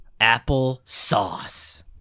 Applesauce